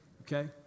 Okay